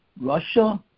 Russia